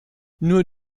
nur